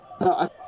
No